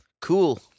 cool